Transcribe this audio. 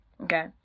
okay